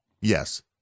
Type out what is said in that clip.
Yes